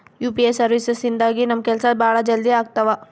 UPI services ಇಂದಾಗಿ ನಮ್ ಕೆಲ್ಸ ಭಾಳ ಜಲ್ದಿ ಅಗ್ತವ